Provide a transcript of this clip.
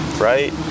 Right